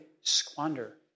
squander